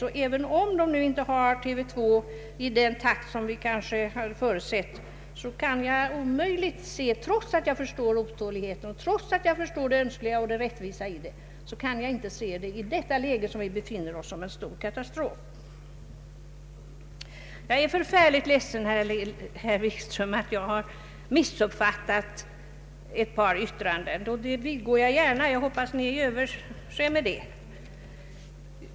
Så även om människorna inte får TV 2 i den takt som kanske hade förutsetts, så kan jag — trots att jag förstår otåligheten och trots att jag förstår det mänskliga och det rättvisa i det här — omöjligt se detta, i det läge där vi nu befinner oss, såsom en stor katastrof. Jag är förfärlig ledsen, herr Wikström, att jag har missuppfattat ett par yttranden. Jag vidgår det gärna, och jag hoppas att herr Wikström överser med det.